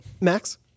Max